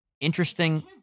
interesting